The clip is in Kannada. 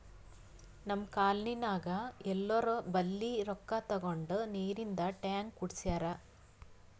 ನಮ್ ಕಾಲ್ನಿನಾಗ್ ಎಲ್ಲೋರ್ ಬಲ್ಲಿ ರೊಕ್ಕಾ ತಗೊಂಡ್ ನೀರಿಂದ್ ಟ್ಯಾಂಕ್ ಕುಡ್ಸ್ಯಾರ್